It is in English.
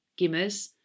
gimmers